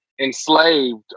enslaved